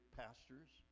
pastors